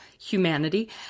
humanity